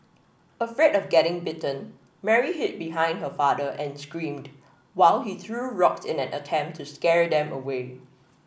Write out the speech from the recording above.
afraid of getting bitten Mary hid behind her father and screamed while he threw rocks in an attempt to scare them away